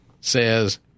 says